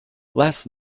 last